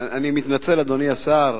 אני מתנצל, אדוני השר,